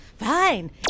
Fine